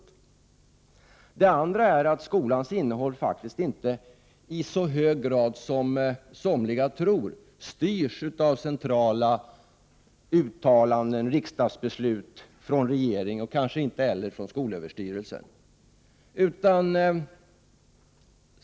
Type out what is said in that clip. Det andra som jag vill framhålla är att skolans innehåll faktiskt inte i så hög grad som somliga tror styrs av centrala uttalanden — av riksdagsbeslut och uttalanden från regeringen, och kanske inte heller från skolöverstyrelsen.